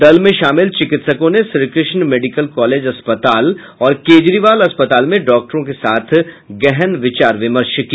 दल में शामिल चिकित्सकों ने श्रीकृष्ण मेडिकल कॉलेज अस्पताल और केजरीवाल अस्पताल में डॉक्टरों के साथ गहन विचार विमर्श किया